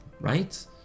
right